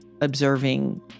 observing